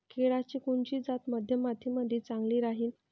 केळाची कोनची जात मध्यम मातीमंदी चांगली राहिन?